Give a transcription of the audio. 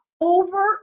over